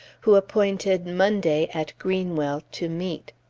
who appointed monday, at greenwell, to meet.